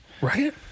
Right